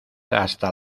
hasta